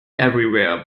everywhere